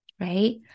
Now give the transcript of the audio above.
right